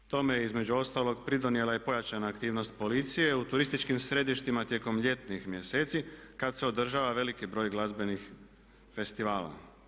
Tome je između ostalog pridonijela i pojačana aktivnost policije u turističkim središtima tijekom ljetnih mjeseci kada se održava veliki broj glazbenih festivala.